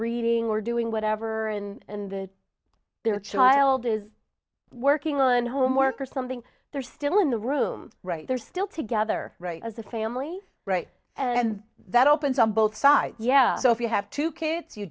reading or doing whatever and their child is working on homework or something they're still in the room right they're still together as a family right and that opens on both sides yeah so if you have two kids you